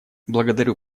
благодарю